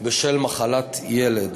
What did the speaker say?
בשל מחלת ילד.